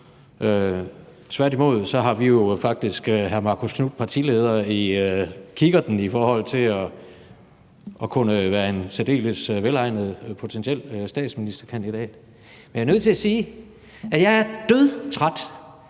Tværtimod har vi jo faktisk hr. Marcus Knuths partileder i kikkerten i forhold til at kunne være en særdeles velegnet potentiel statsministerkandidat. Men jeg er nødt til at sige, at jeg er dødtræt